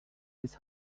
his